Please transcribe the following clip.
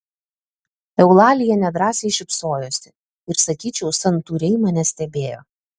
eulalija nedrąsiai šypsojosi ir sakyčiau santūriai mane stebėjo